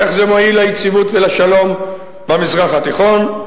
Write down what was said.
איך זה מועיל ליציבות ולשלום במזרח התיכון?